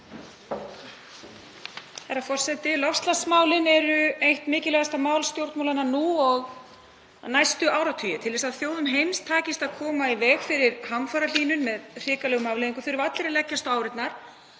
Herra forseti. Loftslagsmálin eru eitt mikilvægasta mál stjórnmálanna nú og næstu áratugi. Til þess að þjóðum heims takist að koma í veg fyrir hamfarahlýnun með hrikalegum afleiðingum þurfa allir að leggjast á árarnar.